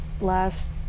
last